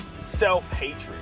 self-hatred